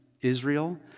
Israel